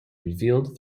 revealed